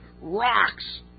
rocks